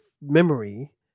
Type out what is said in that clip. memory